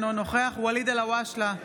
אינו נוכח ואליד אלהואשלה,